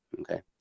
okay